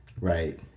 right